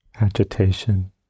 agitation